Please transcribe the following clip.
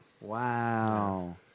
Wow